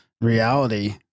reality